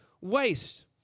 waste